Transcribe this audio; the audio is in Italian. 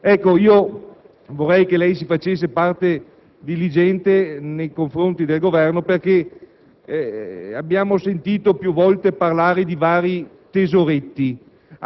Vorrei quindi che si facesse parte diligente nei confronti del Governo perché abbiamo sentito più volte parlare di vari tesoretti